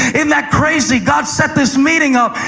isn't that crazy? god set this meeting up.